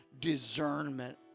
Discernment